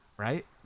Right